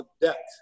debt